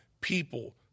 people